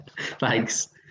Thanks